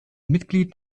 mitglied